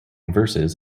versus